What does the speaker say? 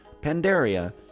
Pandaria